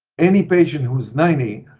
any patient who is ninety,